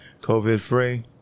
COVID-free